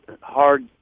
hard